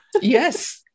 Yes